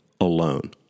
alone